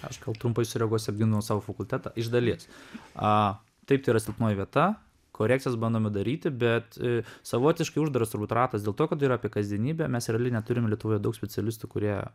aš gal trumpai sureaguosiu apgindamas savo fakultetą iš dalies a taip yra silpnoji vieta korekcijas bandome daryti bet savotiškai uždaras turbūt ratas dėl to kad tai yra apie kasdienybę mes realiai neturim lietuvoje daug specialistų kurie